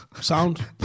Sound